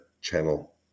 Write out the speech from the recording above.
channel